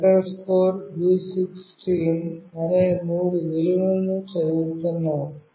read u16 అనే మూడు విలువలను చదువుతున్నాము